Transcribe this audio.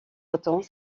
autant